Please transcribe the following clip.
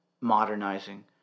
modernizing